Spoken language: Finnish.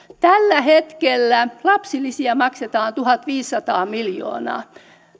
tällä hetkellä lapsilisiä maksetaan tuhatviisisataa miljoonaa